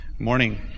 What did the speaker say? Morning